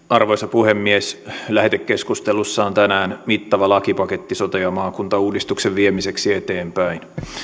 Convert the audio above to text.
arvoisa puhemies lähetekeskustelussa on tänään mittava lakipaketti sote ja maakuntauudistuksen viemiseksi eteenpäin